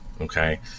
okay